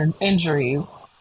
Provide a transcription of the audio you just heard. injuries